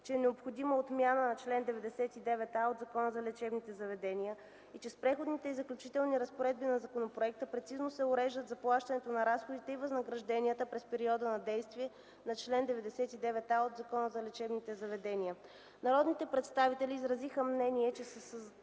че е необходима отмяна на чл. 99а от Закона за лечебните заведения и че с Преходните и заключителни разпоредби на законопроекта прецизно се уреждат заплащането на разходите и възнагражденията през периода на действие на чл. 99а от Закона за лечебните заведения. Народните представители изразиха мнение, че със създаването